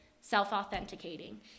self-authenticating